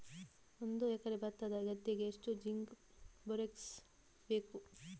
ಒಂದು ಎಕರೆ ಭತ್ತದ ಗದ್ದೆಗೆ ಎಷ್ಟು ಜಿಂಕ್ ಬೋರೆಕ್ಸ್ ಬೇಕು?